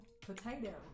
Potato